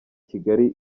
kigali